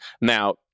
now